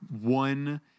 one